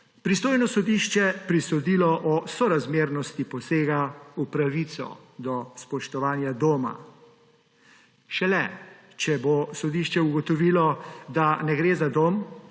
pristojno sodišče presodilo o sorazmernosti posega v pravico do spoštovanja doma. Šele če bo sodišče ugotovilo, da ne gre za dom,